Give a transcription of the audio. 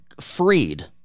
freed